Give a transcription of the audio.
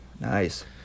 Nice